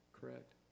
correct